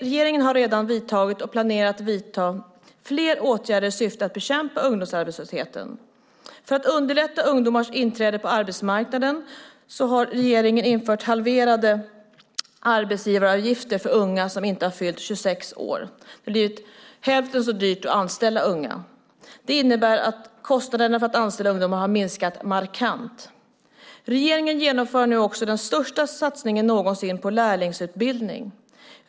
Regeringen har redan vidtagit, och planerar att vidta, flera åtgärder i syfte att bekämpa ungdomsarbetslösheten. För att underlätta ungdomars inträde på arbetsmarknaden har regeringen infört halverade arbetsgivaravgifter för unga som inte fyllt 26 år. Det har blivit hälften så dyrt att anställa unga. Det innebär att kostnaderna för att anställa ungdomar har minskat markant. Regeringen genomför nu också den största satsningen någonsin på lärlingsutbildning.